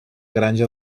granja